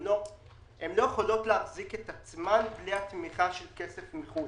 הן לא יכולות להחזיק את עצמן בלי כסף מחו"ל.